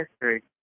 history